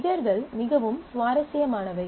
ட்ரிகர்கள் மிகவும் சுவாரஸ்யமானவை